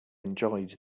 enjoyed